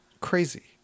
crazy